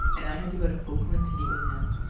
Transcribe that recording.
and i had to go to oakland to meet with him.